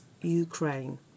Ukraine